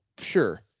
sure